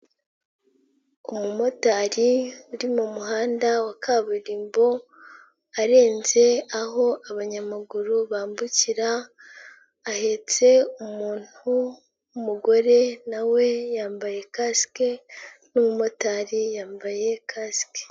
Umumotari uri mu muhanda wa kaburimbo arenze aho abanyamaguru bambukira, ahetse umuntu w'umugore nawe yambaye kasike, n'umumotari yambaye kasike.